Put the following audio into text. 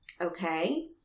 okay